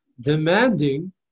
demanding